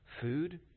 food